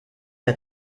der